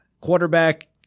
Quarterback